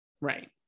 Right